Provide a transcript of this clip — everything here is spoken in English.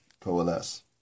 coalesce